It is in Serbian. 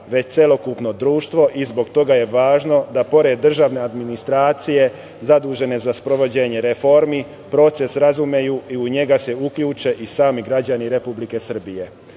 već celokupno društvo i zbog toga je važno da pored državne administracije zadužene za sprovođenje reformi proces razumeju i u njega se uključe i sami građani Republike